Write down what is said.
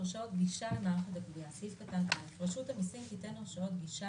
גישה למערכת הגבייה 33. (א)רשות המסים תיתן הרשאות גישה